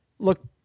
look